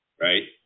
right